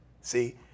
see